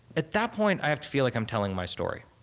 at that point, i have to feel like i'm telling my story.